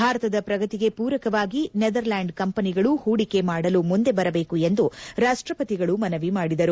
ಭಾರತದ ಪ್ರಗತಿಗೆ ಮೂರಕವಾಗಿ ನೆದರ್ಲೆಂಡ್ ಕಂಪನಿಗಳು ಹೂಡಿಕೆ ಮಾಡಲು ಮುಂದೆ ಬರಬೇಕು ಎಂದು ರಾಷ್ಟಪತಿಗಳು ಮನವಿ ಮಾಡಿದರು